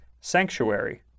sanctuary